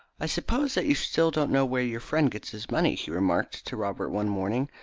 i suppose that you still don't know where your friend gets his money? he remarked to robert one morning,